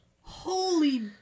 Holy